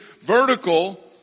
vertical